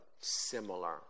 similar